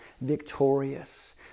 victorious